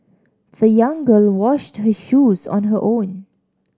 the young girl washed her shoes on her own